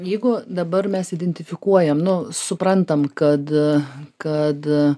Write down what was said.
jeigu dabar mes identifikuojam nu suprantam kad kad